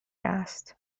asked